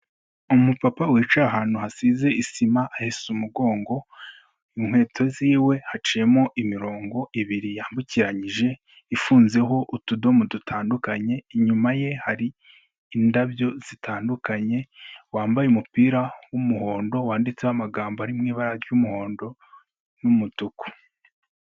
Umupapa wicaye ahantu hasize isima ahese umugongo. Inkweto ziwe haciyemo imirongo ibiri yambukiyije ifunzeho utudomo dutandukanye. Inyuma ye hari indabyo zitandukanye, wambaye umupira w'umuhondo wanditseho amagambo ari mu ibara ry'umuhondo n'umutuku.